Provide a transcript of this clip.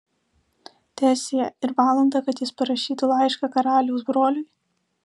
teesie ir valandą kad jis parašytų laišką karaliaus broliui